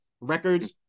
records